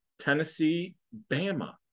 Tennessee-Bama